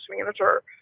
manager